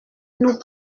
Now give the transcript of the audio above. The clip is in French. nous